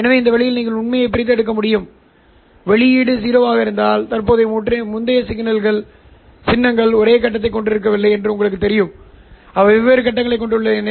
எனவே இந்த வழியில் நீங்கள் உண்மையில் பிரித்தெடுக்க முடியும் வெளியீடு 0 ஆக இருந்தால் தற்போதைய மற்றும் முந்தைய சின்னங்கள் ஒரே கட்டத்தைக் கொண்டிருக்கவில்லை என்பது உங்களுக்குத் தெரியும் அவை வெவ்வேறு கட்டங்களைக் கொண்டுள்ளன